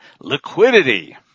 liquidity